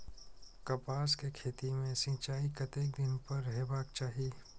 कपास के खेती में सिंचाई कतेक दिन पर हेबाक चाही?